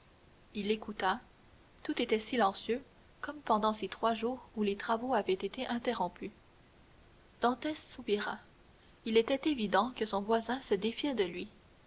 il écouta tout était silencieux comme pendant ces trois jours où les travaux avaient été interrompus dantès soupira il était évident que son voisin se défiait de lui